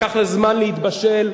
לקח לה זמן להתבשל,